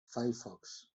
firefox